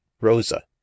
rosa